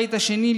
והבית השני,